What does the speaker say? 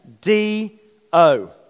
D-O